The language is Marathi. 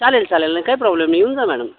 चालेल चालेल नं काही प्रॉब्लेम नाही येऊन जा मॅणम